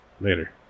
Later